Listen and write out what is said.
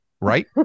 right